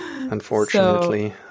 unfortunately